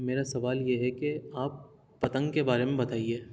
میرا سوال یہ ہے کہ آپ پتنگ کے بارے میں بتائیے